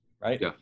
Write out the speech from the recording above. right